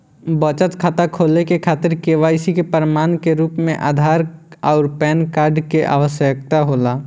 बचत खाता खोले के खातिर केवाइसी के प्रमाण के रूप में आधार आउर पैन कार्ड के आवश्यकता होला